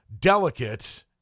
delicate